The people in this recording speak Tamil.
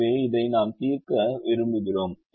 எனவே இதை நாம் தீர்க்க விரும்புகிறோம்